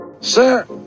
Sir